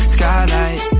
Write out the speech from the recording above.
Skylight